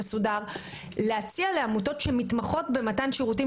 באופן מסודר --- להציע לעמותות שמתמחות במתן שירותים,